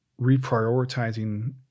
reprioritizing